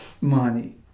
money